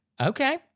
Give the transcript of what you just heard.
Okay